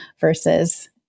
versus